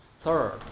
Third